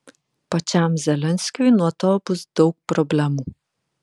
pačiam zelenskiui nuo to bus daug problemų